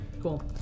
Cool